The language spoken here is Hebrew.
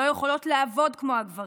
לא יכולות לעבוד כמו הגברים,